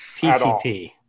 PCP